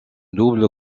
double